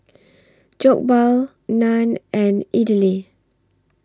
Jokbal Naan and Idili